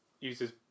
uses